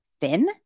thin